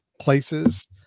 places